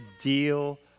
deal